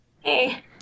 hey